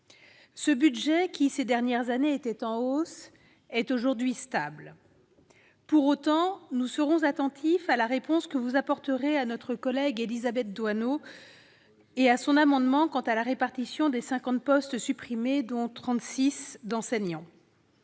en hausse ces dernières années, est aujourd'hui stable. Pour autant, nous serons attentifs à la réponse que vous apporterez à notre collègue Élisabeth Doineau sur son amendement relatif à la répartition des 50 postes supprimés, dont 36 postes d'enseignants.